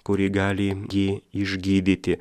kuri gali jį išgydyti